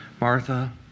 Martha